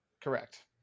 Correct